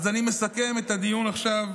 אז אני מסכם את הדיון עכשיו,